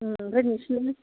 ओमफ्राय नोंसोरना